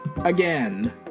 Again